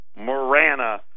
morana